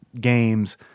games